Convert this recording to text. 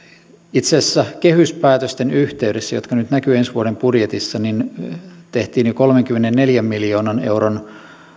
itse asiassa kehyspäätösten yhteydessä jotka nyt näkyvät ensi vuoden budjetissa tehtiin jo kolmenkymmenenneljän miljoonan euron